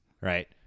Right